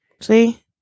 see